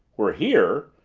were here?